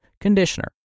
conditioner